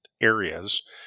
areas